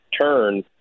turn